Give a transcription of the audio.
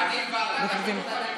ועדת החינוך.